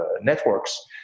networks